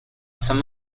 some